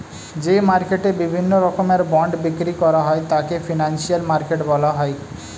যে মার্কেটে বিভিন্ন রকমের বন্ড বিক্রি করা হয় তাকে ফিনান্সিয়াল মার্কেট বলা হয়